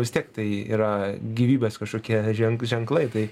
vis tiek tai yra gyvybės kažkokie ženk ženklai tai